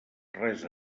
res